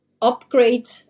upgrade